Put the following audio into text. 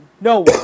No